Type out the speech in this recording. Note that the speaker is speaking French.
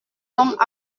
donc